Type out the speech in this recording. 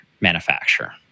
manufacturer